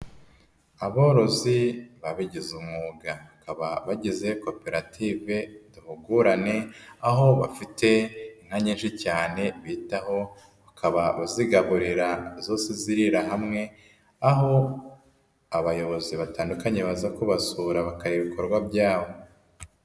Aborozi babigize umwuga bakaba bagize koperative duhugurane, aho bafite inka nyinshi cyane bitaho bakaba bazigaburira zose zirira hamwe, aho abayobozi batandukanye baza kubasura bakareba ibikorwa byabo.